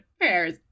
pairs